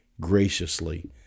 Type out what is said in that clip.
graciously